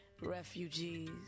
Refugees